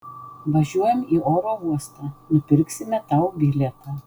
važiuojam į oro uostą nupirksime tau bilietą